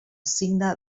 signe